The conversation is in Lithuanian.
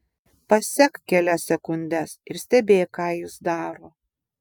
pasek kelias sekundes ir stebėk ką jis daro